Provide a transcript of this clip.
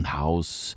house